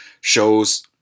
shows